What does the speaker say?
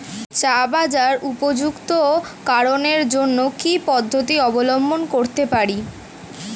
চা বাজার উপযুক্ত করানোর জন্য কি কি পদ্ধতি অবলম্বন করতে হয়?